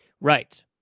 Right